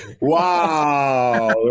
Wow